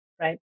right